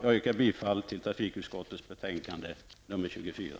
Jag yrkar bifall till trafikutskottets hemställan i betänkande nr 24.